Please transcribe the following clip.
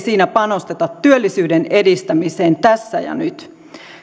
siinä panosteta työllisyyden edistämiseen tässä ja nyt